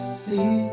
see